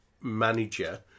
manager